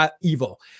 evil